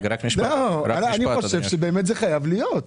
אני חושב שבאמת זה חייב להיות.